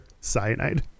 cyanide